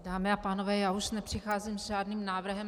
Dámy a pánové, já už nepřicházím s žádným návrhem.